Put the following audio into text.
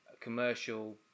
commercial